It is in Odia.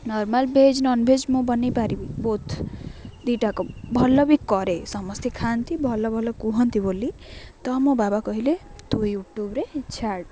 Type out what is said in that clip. ନର୍ମାଲ୍ ଭେଜ୍ ନନ୍ଭେଜ୍ ମୁଁ ବନାଇପାରିବି ବୋଥ୍ ଦୁଇଟାଯାକ ଭଲ ବି କରେ ସମସ୍ତେ ଖାଆନ୍ତି ଭଲ ଭଲ କୁହନ୍ତି ବୋଲି ତ ମୋ ବାବା କହିଲେ ତୁ ୟୁଟ୍ୟୁବ୍ରେ ଛାଡ଼